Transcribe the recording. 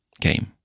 game